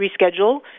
reschedule